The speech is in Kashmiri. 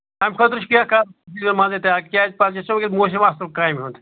اَمہِ خٲطرٕ چھُ کیٚنٛہہ کَرُن دِیِو منٛزٕ اٹیک کیٛازِ پَتہٕ گژھو یہِ موسِم اصٕل کامہِ ہُنٛد